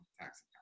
tax